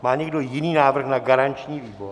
Má někdo jiný návrh na garanční výbor?